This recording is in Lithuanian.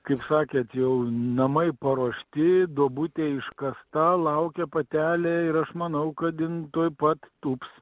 kaip sakėt jau namai paruošti duobutė iškasta laukia patelė ir aš manau kad jin tuoj pat tūps